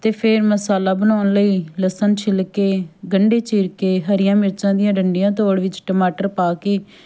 ਅਤੇ ਫਿਰ ਮਸਾਲਾ ਬਣਾਉਣ ਲਈ ਲਸਣ ਛਿਲ ਕੇ ਗੰਢੇ ਚੀਰ ਕੇ ਹਰੀਆਂ ਮਿਰਚਾਂ ਦੀਆਂ ਡੰਡੀਆਂ ਤੋੜ ਵਿੱਚ ਟਮਾਟਰ ਪਾ ਕੇ